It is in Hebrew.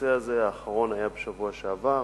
בנושא הזה, האחרון היה בשבוע שעבר,